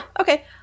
okay